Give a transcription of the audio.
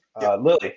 Lily